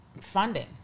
Funding